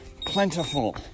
plentiful